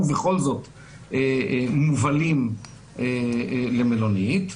ובכל זאת מובלים למלונית.